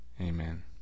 Amen